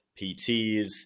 PTs